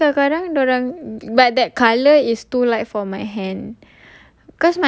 ya tapi kadang-kadang dia orang but that colour is too light for my hand